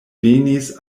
venis